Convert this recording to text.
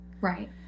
Right